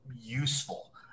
useful